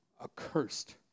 accursed